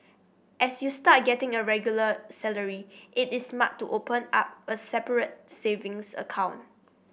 as you start a getting a regular salary it is smart to open up a separate savings account